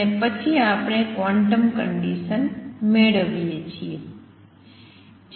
અને પછી આપણે ક્વોન્ટમ કંડિસન મેળવીએ છીએ